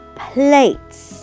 plates